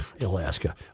Alaska